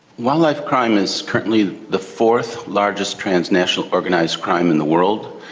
wildlife crime is currently the fourth largest transnational organised crime in the world.